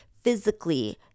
physically